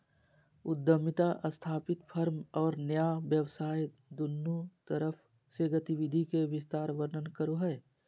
उद्यमिता स्थापित फर्म और नया व्यवसाय दुन्नु तरफ से गतिविधि के विस्तार वर्णन करो हइ